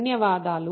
ధన్యవాదాలు